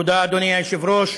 תודה, אדוני היושב-ראש.